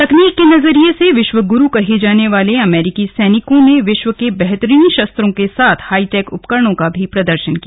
तकनीक के नजरिये से विश्व गुरु कहे जाने वाले अमेरिकी सैनिकों ने विश्व के बेहतरीन शस्त्रों के साथ हाई टैक उपकरणों का प्रदर्शन किया